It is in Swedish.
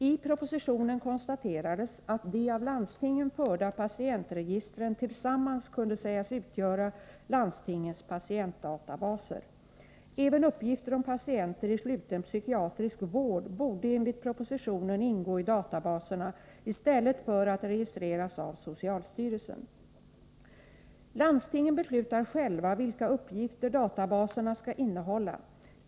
I propositionen konstaterades att de av landstingen förda patientregistren tillsammans kunde sägas utgöra landstingens patientdatabaser. Även uppgifter om patienter i sluten psykiatrisk vård borde enligt propositionen ingå i databaserna i stället för att registreras av socialstyrelsen. Landstingen beslutar själva vilka uppgifter databaserna skall innehålla.